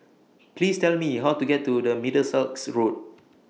Please Tell Me How to get to Middlesex Road